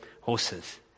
horses